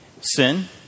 sin